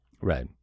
right